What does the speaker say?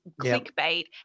clickbait